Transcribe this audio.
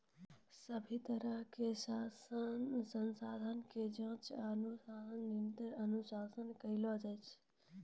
सभ्भे तरहो के संस्था के जांच अकाउन्टिंग अनुसंधाने करै छै